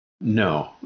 No